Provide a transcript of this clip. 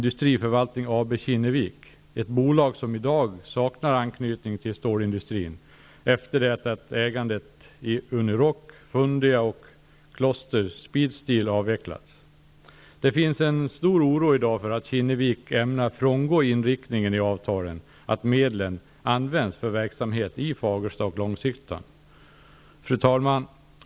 Det är ett bolag som i dag saknar anknytning till stålindustrin, efter det att ägandet i avvecklats. Det finns en stor oro i dag för att Kinnevik ämnar frångå inriktningen i avtalen, dvs. Fru talman!